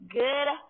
good